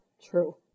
true